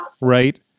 right